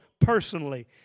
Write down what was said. personally